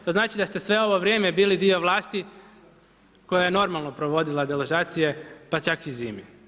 To znači da ste sve ovo vrijeme bili dio vlasti, koje je normalno provodila deložacije, pa čak i zimi.